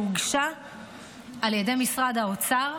שהוגשה על ידי משרד האוצר,